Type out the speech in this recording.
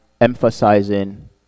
emphasizing